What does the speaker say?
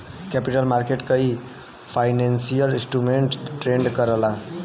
capital market कई financial instrument trade करला